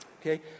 Okay